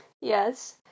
Yes